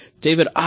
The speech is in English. David